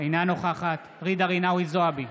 אינה נוכחת ג'ידא רינאוי זועבי,